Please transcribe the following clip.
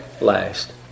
last